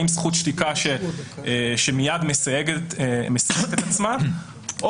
האם זכות שתיקה שמיד מסייגת את עצמה או